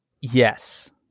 Yes